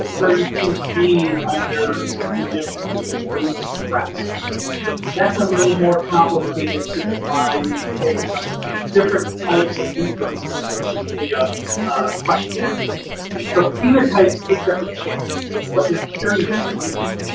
ah thirty two gene under conditions of extreme stress that's a little more complicated to define, may take some different types of inferences than simply ah a question and answer. so you know take different shapes. but you're hearing this term